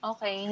Okay